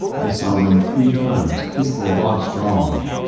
the sovereign three times kissed lvov strongly.